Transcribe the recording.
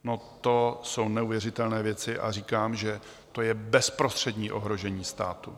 No, to jsou neuvěřitelné věci a říkám, že to je bezprostřední ohrožení státu.